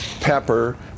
pepper